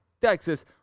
Texas